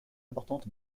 importante